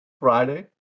Friday